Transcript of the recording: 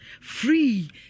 free